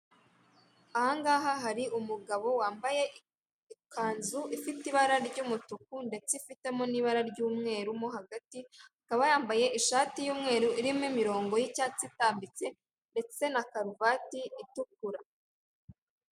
Ahangaha hari umugabo wambaye ikanzu ifite ibara ry'umutuku ndetse ifitemo n'ibara ry'umweru mo hagati akaba yambaye ishati y'umweru irimo imirongo y'icyatsi itambitse ndetse na karuvati itukura.